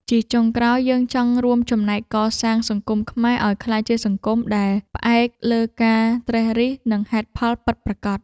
ជាចុងក្រោយ យើងចង់រួមចំណែកកសាងសង្គមខ្មែរឱ្យក្លាយជាសង្គមដែលផ្អែកលើការត្រិះរិះ និងហេតុផលពិតប្រាកដ។